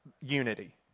unity